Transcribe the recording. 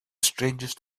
strangest